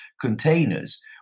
containers